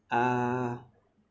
uh